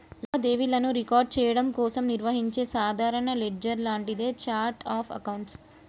లావాదేవీలను రికార్డ్ చెయ్యడం కోసం నిర్వహించే సాధారణ లెడ్జర్ లాంటిదే ఛార్ట్ ఆఫ్ అకౌంట్స్